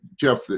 Jeff